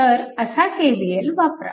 तर असा KVL वापरा